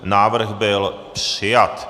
Návrh byl přijat.